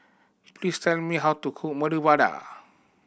please tell me how to cook Medu Vada